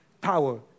power